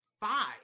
five